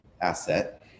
asset